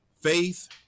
faith